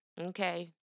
okay